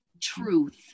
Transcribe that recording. truth